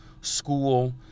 school